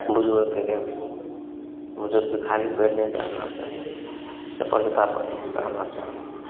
बुजुर्गके बुजुर्गके खाली रहना चाही चप्पल जूता पहिरके टहलना चाही